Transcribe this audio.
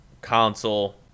console